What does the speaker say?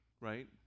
right